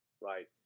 right